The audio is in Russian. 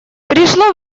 пришло